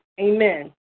amen